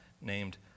named